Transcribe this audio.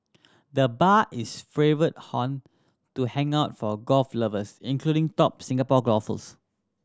the bar is favourite haunt to hang out for golf lovers including top Singapore golfers